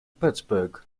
pittsburgh